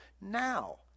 now